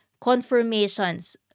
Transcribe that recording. confirmations